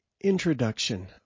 Introduction